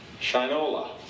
Shinola